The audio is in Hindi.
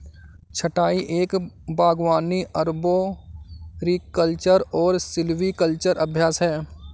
छंटाई एक बागवानी अरबोरिकल्चरल और सिल्वीकल्चरल अभ्यास है